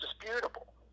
disputable